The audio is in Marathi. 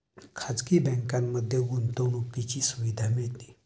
खाजगी बँकांमध्ये गुंतवणुकीची सुविधा मिळते